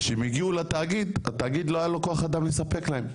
וכשהם הגיעו לתאגיד לא היה לתאגיד כוח אדם לספק להם.